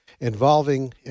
involving